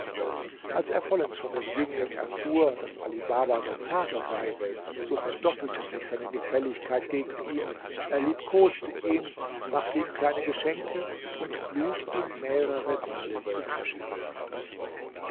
als er vollends von dem jüngling erfuhr daß ali baba sein vater sei so verdoppelte sich seine gefälligkeit gegen ihn er liebkoste ihn machte ihm kleine geschenke und lud ihn mehrere male zu tische